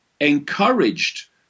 encouraged